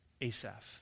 Asaph